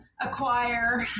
acquire